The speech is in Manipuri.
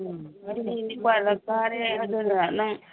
ꯎꯝ ꯑꯩꯗꯤ ꯅꯤꯄꯥꯜꯂꯛ ꯀꯥꯔꯦ ꯑꯗꯨꯅ ꯅꯪ